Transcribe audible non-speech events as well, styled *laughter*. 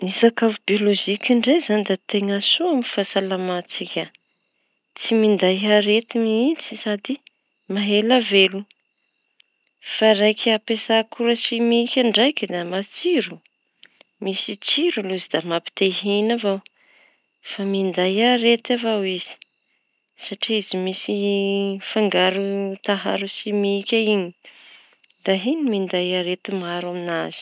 Ny sakafo bioloziky ndray izañy da teña soa amin'ny fahasalaman-tsika tsy minday areti mihitsy sady maha ela veloño. Fa raiky ampiasa akora simiky ndraiky da matsiro misy tsiro aloha izy da mampite hihina avao fa minday arety avao izy satri izy misy *hesitation* fangaro taharo simiky iñy, da iñy minday areti- maro amin'azy.